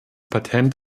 patent